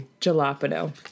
jalapeno